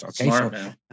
Okay